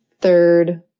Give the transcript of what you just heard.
third